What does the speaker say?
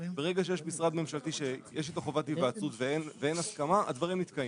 ברגע שיש משרד ממשלתי שיש איתו חובת היוועצות ואין הסכמה הדברים נתקעים.